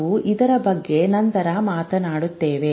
ನಾವು ಇದರ ಬಗ್ಗೆ ನಂತರ ಮಾತನಾಡುತ್ತೇನೆ